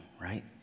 right